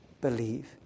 believe